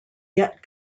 yet